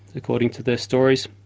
according to their stories.